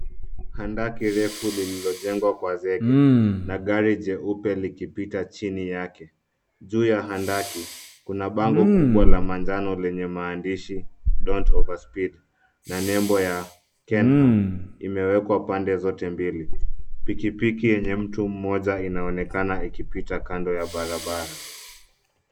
Handaki refu lililojengwa kwa zege na gari jeupe likipita chini yake. Juu ya handaki kuna bango kubwa lenye maandishi "Don't overspeed" na nembo ya KENHA imewekwa pande zote mbili. Pikipiki yenye mtu mmoja inaonekana ikipita kando ya barabara.